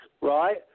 right